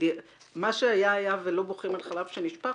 מה שהיה היה ולא בוכים על חלב שנשפך,